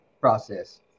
process